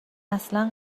اصلا